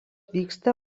vyksta